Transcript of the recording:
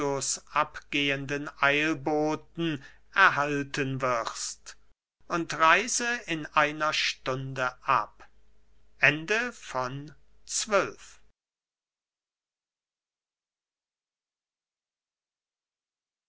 abgehenden eilboten erhalten wirst und reise in einer stunde ab